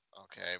Okay